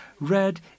Red